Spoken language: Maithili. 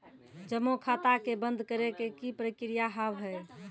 जमा खाता के बंद करे के की प्रक्रिया हाव हाय?